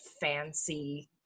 fancy